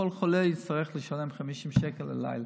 כל חולה יצטרך לשלם 50 שקל ללילה,